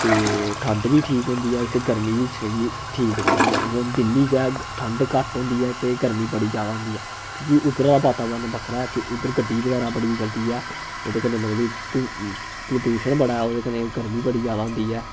ते ठंड बी ठीक होंदी ऐ गर्मी बी जेह्डी ठीक रौंह्दी ऐ इ'यां दिल्ली च ठंड घट्ट होंदी ऐ ते गर्मी बड़ी जैदा होंदी ऐ उद्धरे दा बातावरण बक्खरा ऐ बाकी उद्धर गड्डी बगैरा बड़ी चलदी ऐ ओह्दे कन्ने मतलब कि धूड़ प्रदूशन बड़ा ओह्दे कन्नै गर्मी बड़ी जैदा होदीं ऐ